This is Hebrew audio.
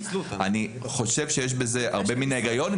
אני חושב שיש בזה הרבה מן ההיגיון,